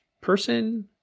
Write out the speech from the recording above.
person